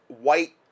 white